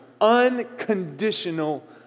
unconditional